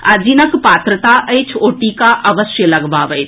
आ जिनक पात्रता अछि ओ टीका अवश्य लगबावथि